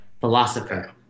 philosopher